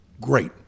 great